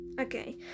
Okay